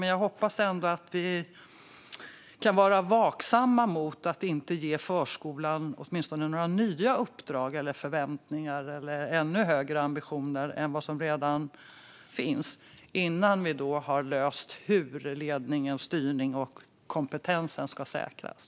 Men jag hoppas ändå att vi kan vara vaksamma så att förskolan åtminstone inte ges några nya uppdrag, förväntningar eller ännu högre ambitioner innan vi har löst hur ledningen, styrningen och kompetensen ska säkras.